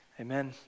Amen